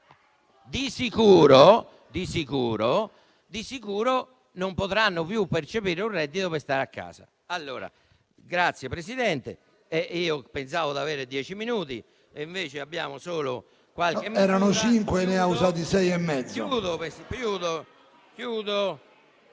Di sicuro, non potranno più percepire un reddito per stare a casa.